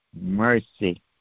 mercy